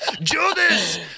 Judas